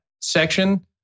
section